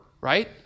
right